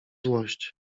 złość